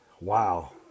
wow